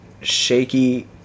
shaky